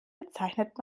bezeichnet